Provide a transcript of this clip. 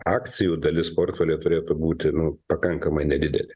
akcijų dalis portfelyje turėtų būti pakankamai nedidelė